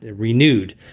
ah renewed.